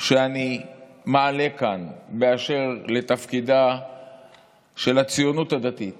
שאני מעלה כאן באשר לתפקידה של הציונות הדתית